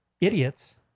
idiots